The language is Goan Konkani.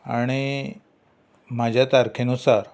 आनी म्हाजे तारखेनुसार